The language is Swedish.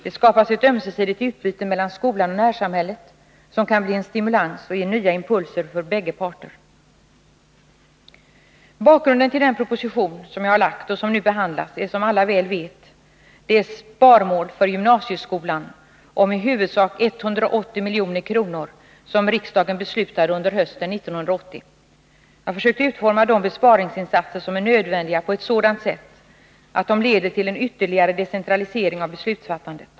Det skapas ett ömsesidigt utbyte mellan skolan och närsamhället som kan bli en stimulans och ge nya impulser för bägge parter. Bakgrunden till den proposition som jag har lagt fram och som nu behandlas, är som alla väl vet det sparmål för gymnasieskolan om i huvudsak 180 milj.kr. som riksdagen beslutade om under hösten 1980. Jag har försökt utforma de besparingsinsatser som är nödvändiga på ett sådant sätt, att de leder till en ytterligare decentralisering av beslutsfattandet.